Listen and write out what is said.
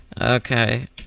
Okay